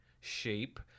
shape